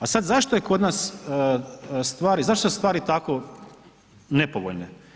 A sad zašto je kod nas, stvari, zašto su stvari tako nepovoljne?